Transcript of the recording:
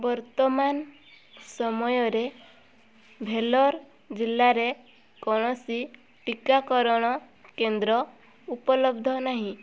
ବର୍ତ୍ତମାନ ସମୟରେ ଭେଲୋର ଜିଲ୍ଲାରେ କୌଣସି ଟିକାକରଣ କେନ୍ଦ୍ର ଉପଲବ୍ଧ ନାହିଁ